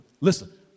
listen